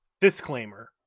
disclaimer